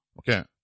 Okay